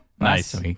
nice